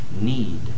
need